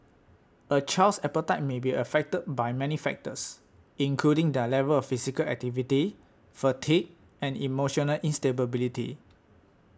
a child's appetite may be affected by many factors including their level of physical activity fatigue and emotional instability